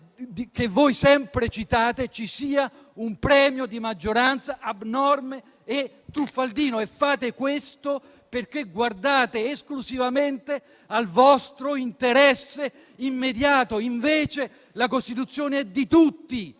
che voi sempre citate. Vi sarà un premio di maggioranza abnorme e truffaldino. Fate questo perché guardate esclusivamente al vostro interesse immediato. Invece la Costituzione è di tutti